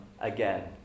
again